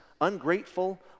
ungrateful